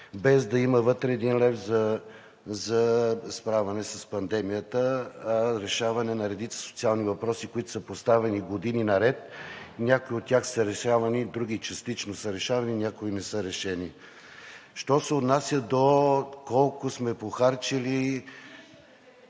без да има вътре един лев за справяне с пандемията, а решаване на редица социални въпроси, които са поставяни години наред – някои от тях са решавани, други частично са решавани, някои не са решени. Що се отнася до колко сме похарчили…